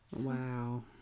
Wow